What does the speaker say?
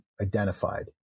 identified